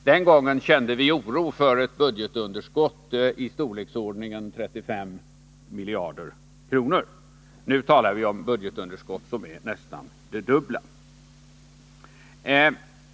Den gången kände vi oro för ett budgetunderskott i storleksordningen 35 miljarder kronor. Nu talar vi om budgetunderskott som är nästan det dubbla.